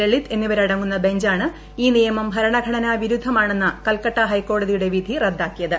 ലളിത് എന്നിവരടങ്ങുന്ന ബെഞ്ചാണ് ഈ നിയമം ഭരണഘടനാ വിരുദ്ധമാണെന്ന കൽക്കട്ട ഹൈക്കോടതിയുടെ വിധി റദ്ദാക്കിയത്